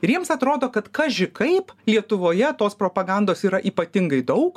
ir jiems atrodo kad kaži kaip lietuvoje tos propagandos yra ypatingai daug